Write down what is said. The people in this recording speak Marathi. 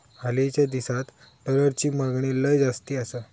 हालीच्या दिसात डॉलरची मागणी लय जास्ती आसा